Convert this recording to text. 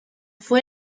fue